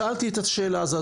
שאלתי את השאלה הזאת.